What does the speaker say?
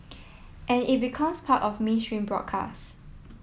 and it becomes part of mainstream broadcast